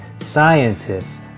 scientists